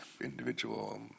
individual